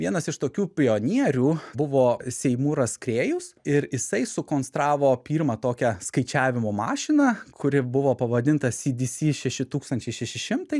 vienas iš tokių pionierių buvo seimūras krėjus ir jisai sukonstravo pirmą tokią skaičiavimo mašiną kuri buvo pavadinta sds šeši tūkstančiai šeši šimtai